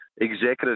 executive